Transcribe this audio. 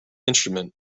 instrument